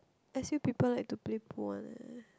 S_U people like to play pool one eh